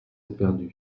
éperdus